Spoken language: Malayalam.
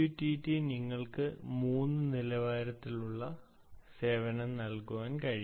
MQTT നിങ്ങൾക്ക് മൂന്ന് നിലവാരത്തിലുള്ള സേവനം നൽകാൻ കഴിയും